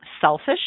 selfish